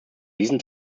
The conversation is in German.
diesen